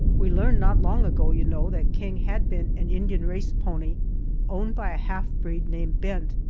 we learned not long ago, you know, that king had been an indian race pony owned by a half-breed named bent.